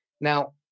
Now